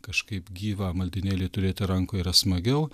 kažkaip gyvą maldinėlį turėti rankoj yra smagiau